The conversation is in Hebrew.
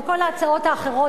וכל ההצעות האחרות,